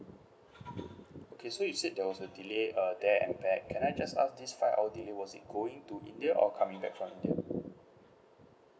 okay so you said there was a delay uh there at the bag can I just ask this five hour delay was it going to india or coming back from india